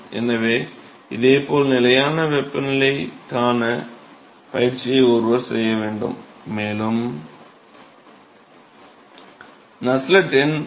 எனவே இதேபோல் நிலையான வெப்பநிலைக்கான பயிற்சியை ஒருவர் செய்ய வேண்டும் மேலும் நஸ்ஸெல்ட் எண் 3